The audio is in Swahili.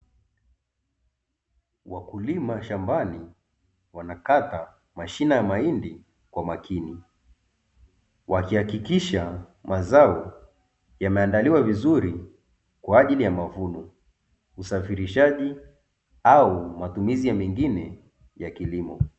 Wakulima shambani wanakata mashina ya mahindi kwa makini wakihakikisha mazao yameandaliwa vizuri kwa ajili ya mavuno, usafirishaji au matumizi mengine ya kilimo.